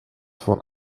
von